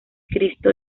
cristo